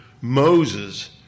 Moses